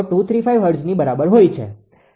0235 હર્ટ્ઝની બરાબર હોય છે